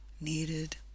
needed